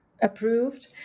approved